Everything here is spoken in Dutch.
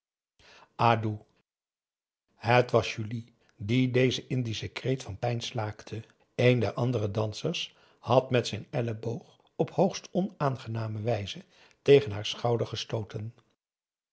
het was julie die dezen indischen kreet van pijn slaakte een der andere dansers had met zijn elleboog op hoogst onaangename wijze tegen haar schouder gestooten